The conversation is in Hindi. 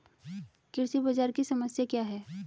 कृषि बाजार की समस्या क्या है?